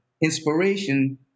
inspiration